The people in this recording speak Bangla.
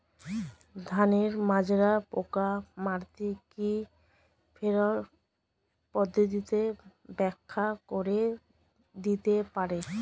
ধানের মাজরা পোকা মারতে কি ফেরোয়ান পদ্ধতি ব্যাখ্যা করে দিতে পারে?